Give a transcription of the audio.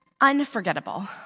unforgettable